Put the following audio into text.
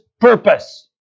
purpose